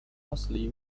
mostly